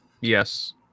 Yes